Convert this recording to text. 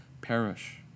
perish